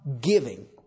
giving